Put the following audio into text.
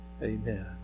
Amen